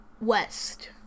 west